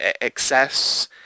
Excess